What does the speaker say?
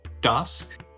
dusk